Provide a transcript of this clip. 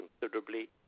considerably